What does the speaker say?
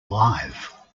live